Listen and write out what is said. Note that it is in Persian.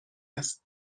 است